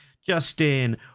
justin